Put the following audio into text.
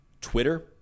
Twitter